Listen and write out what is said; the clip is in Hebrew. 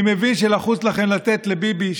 אני מבין שלחוץ לכם לתת לביבי,